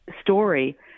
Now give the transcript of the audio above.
story